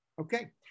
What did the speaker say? Okay